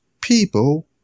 people